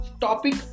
topic